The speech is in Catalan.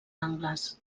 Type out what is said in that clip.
angles